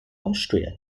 austria